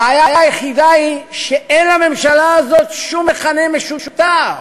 הבעיה היחידה היא שאין לממשלה הזאת שום מכנה משותף.